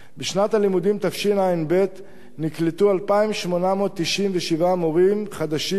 בשנת הלימודים תשע"ב נקלטו 2,897 מורים חדשים,